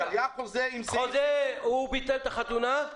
הוא ביטל את החתונה?